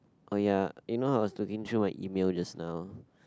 oh ya you know how I was looking through my email just now